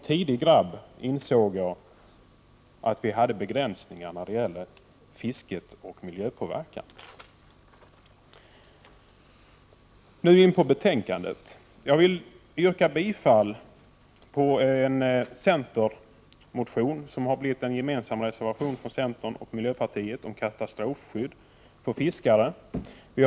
Tidigt insåg jag att vi hade begränsade kunskaper om fisket och miljöpåverkan. Jag yrkar bifall till en gemensam reservation från centern och miljöpartiet om katastrofskydd för fiskare. Reservationen baserar sig på en centermotion.